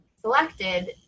selected